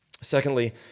Secondly